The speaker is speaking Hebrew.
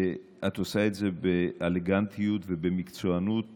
את עושה את זה באלגנטיות ובמקצוענות